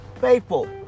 faithful